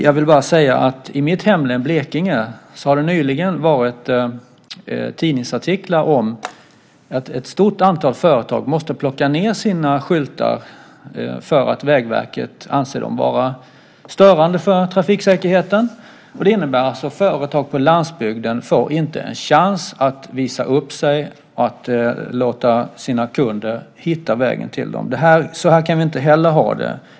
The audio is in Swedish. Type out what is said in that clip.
Jag vill bara säga att i mitt hemlän Blekinge har det nyligen varit tidningsartiklar om att ett stort antal företag måste plocka ned sina skyltar för att Vägverket anser dem vara störande för trafiksäkerheten. Det innebär att företag på landsbygden inte får en chans att visa upp sig och låta sina kunder hitta vägen till dem. Så här kan vi inte heller ha det.